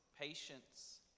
patience